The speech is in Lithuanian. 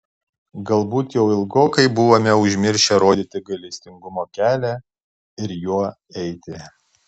galbūt jau ilgokai buvome užmiršę rodyti gailestingumo kelią ir juo eiti